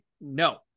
No